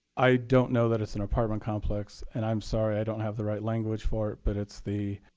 i don't know that it's an apartment complex. and i'm sorry. i don't have the right language for it, but it's the